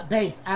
Base